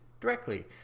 Directly